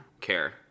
Care